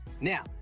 Now